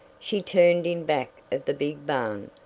she turned in back of the big barn,